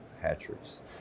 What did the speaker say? hatcheries